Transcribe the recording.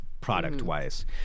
Product-wise